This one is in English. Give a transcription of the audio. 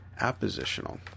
appositional